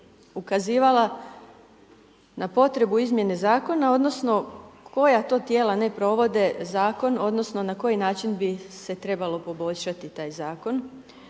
ukazivala na potrebu izmjene zakona odnosno koja to tijela ne provode zakon odnosno na koji način bi se trebalo poboljšati taj zakon.